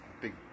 big